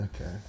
okay